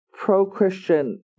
Pro-Christian